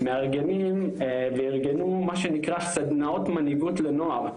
מארגנים וארגנו מה שנקרא, סדנאות מנהיגות לנוער,